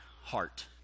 heart